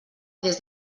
des